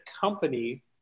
company